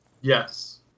Yes